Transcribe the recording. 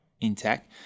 intact